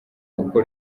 uko